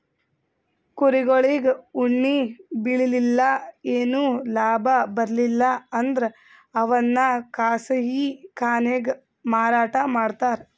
ಕುರಿಗೊಳಿಗ್ ಉಣ್ಣಿ ಬೆಳಿಲಿಲ್ಲ್ ಏನು ಲಾಭ ಬರ್ಲಿಲ್ಲ್ ಅಂದ್ರ ಅವನ್ನ್ ಕಸಾಯಿಖಾನೆಗ್ ಮಾರಾಟ್ ಮಾಡ್ತರ್